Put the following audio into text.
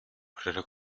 carrera